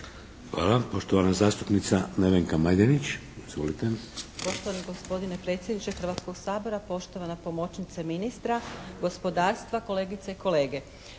(HDZ)** Poštovana zastupnica Nevenka Majdenić.